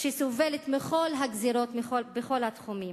שסובלת מכל הגזירות בכל התחומים.